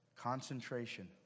Concentration